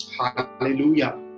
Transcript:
Hallelujah